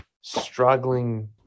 struggling